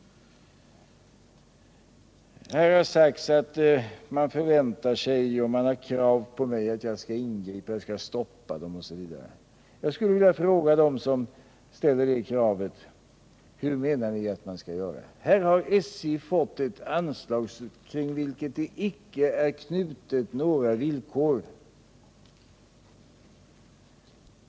Här har sagts att man förväntar sig att jag skall ingripa, att man har krav på mig att jag skall stoppa den nya vagnen, osv. Jag skulle vilja fråga dem som ställer det kravet: Hur menar ni att man skall göra? Här har SJ fått ett anslag, till vilket icke knutits några villkor.